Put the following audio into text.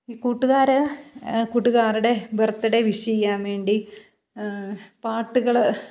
ഈ കൂട്ടുകാർ കൂട്ടുകാരുടെ ബർത്ത് ഡേ വിഷ് ചെയ്യാൻ വേണ്ടി പാട്ടുകൾ